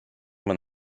man